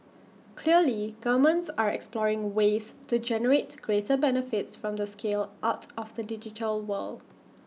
clearly governments are exploring ways to generate greater benefits from the scale out of the digital world